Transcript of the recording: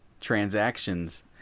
transactions